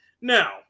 Now